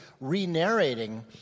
re-narrating